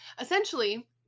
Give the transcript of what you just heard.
Essentially